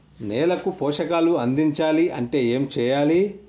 నేలకు పోషకాలు అందించాలి అంటే ఏం చెయ్యాలి?